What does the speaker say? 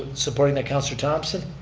supporting that, councilor thomson.